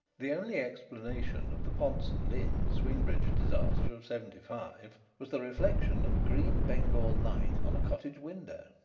the only explanation of the pont st. lin swing-bridge disaster of seventy five was the reflection of a green bengal light on a cottage window.